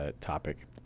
topic